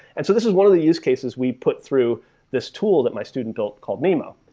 and this is one of the use cases we put through this tool that my student built called nemo.